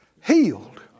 healed